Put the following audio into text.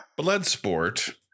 Bloodsport